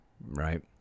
right